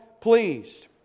pleased